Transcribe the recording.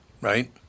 right